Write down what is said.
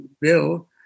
bill